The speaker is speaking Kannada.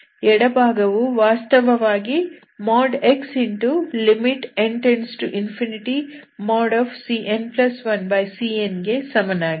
ಎಡಭಾಗವು ವಾಸ್ತವವಾಗಿ |x|n→∞cn1cn ಗೆ ಸಮನಾಗಿದೆ